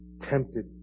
tempted